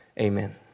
Amen